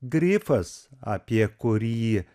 grifas apie kurį